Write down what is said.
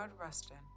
rustin